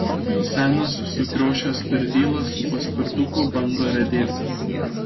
senas sukriošęs pirdyla su paspirtuku bando riedėt